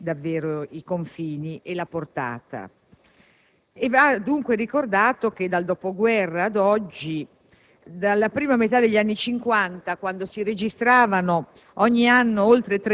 contestualizzazione ci aiuta a comprenderne davvero i confini e la portata. Va dunque ricordato che nel dopoguerra, cioè